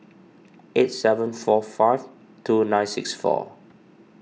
eight seven four five two nine six four